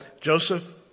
Joseph